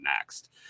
next